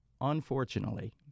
unfortunately-